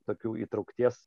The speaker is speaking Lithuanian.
tokių įtraukties